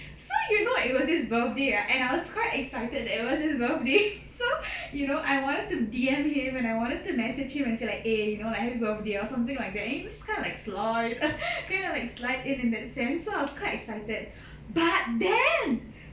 so you know it was his birthday and I was quite excited that it was his birthday so you know I wanted to D_M him and I wanted to message him and say like eh you know like happy birthday or something like that and you know just kind of slide kind of like slide in in that sense so I was quite excited but then